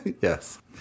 Yes